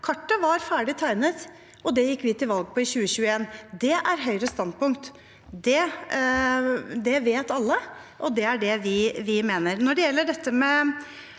Kartet var ferdig tegnet, og det gikk vi til valg på i 2021. Det er Høyres standpunkt. Det vet alle, og det er det vi mener.